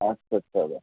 আচ্ছা আচ্ছা দাদা